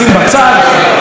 השרה לנדבר,